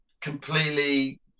completely